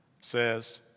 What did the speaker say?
says